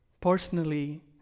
personally